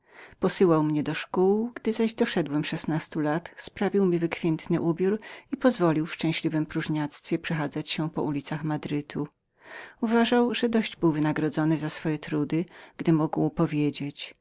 posyłał mnie do szkół gdy zaś doszedłem szesnastu łat sprawił mi wykwitny ubiór i pozwolił w szczęśliwem próżniactwie przechadzać się po ulicach madrytu znajdował że był dość wynadgrodzonym za swoje trudy gdy mógł powiedzieć